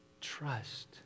Trust